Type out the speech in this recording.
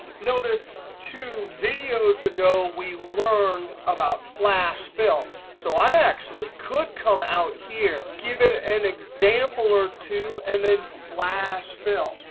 notice two videos ago we learned about flash fill. so i actually could come out here, give it an example or two, and then flash fill.